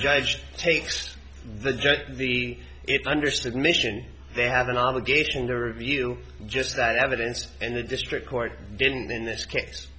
judge takes the get the it understood mission they have an obligation to review just that evidence and the district court didn't in this case